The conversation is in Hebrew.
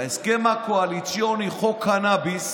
בהסכם הקואליציוני: חוק הקנביס